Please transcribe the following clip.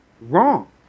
wrong